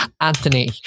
Anthony